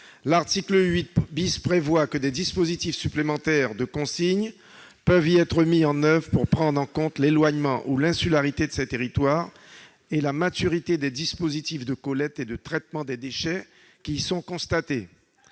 l'article 8 prévoit que des dispositifs supplémentaires de consigne peuvent y être mis en oeuvre pour prendre en compte l'éloignement ou l'insularité de ces territoires et la maturité des dispositifs de collecte et de traitement des déchets qui y sont constatés.